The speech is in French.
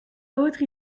autre